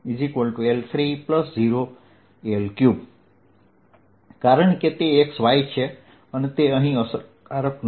2y22| L2L2L30L3 કારણ કે તે X Y છે તે અહીં અસરકારક નથી